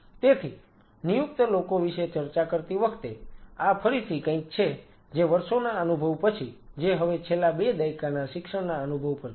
તેથી નિયુક્ત લોકો વિશે ચર્ચા કરતી વખતે આ ફરીથી કંઈક છે જે વર્ષોના અનુભવ પછી જે હવે છેલ્લા 2 દાયકાના શિક્ષણના અનુભવ પરથી છે